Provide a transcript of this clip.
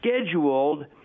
scheduled